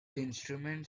instrument